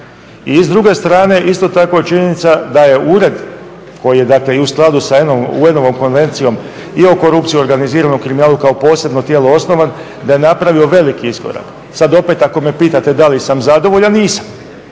I s druge strane isto tako činjenica da je ured koji je dakle i u skladu sa UN-ovom Konvencijom i o korupciji, organiziranom kriminalu kao posebno tijelo osnovan da je napravio veliki iskorak. Sada opet ako me pitate da li sam zadovoljan, nisam.